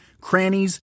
crannies